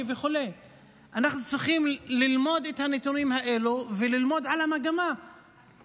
וכו' אנחנו צריכים ללמוד את הנתונים האלו וללמוד על המגמה,